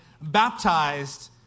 baptized